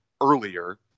earlier